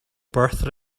birth